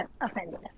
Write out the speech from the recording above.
offended